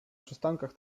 przystankach